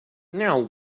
now